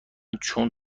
چون